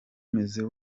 meza